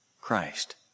Christ